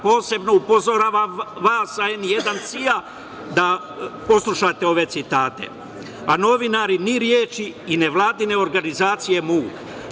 Posebno upozoravam vas sa N1-CIA, da poslušate ove citate, a novinari ni reči, i nevladine organizacije muk.